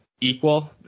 equal